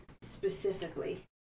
specifically